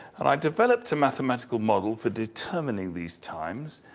and i developed a mathematical model for determining these times.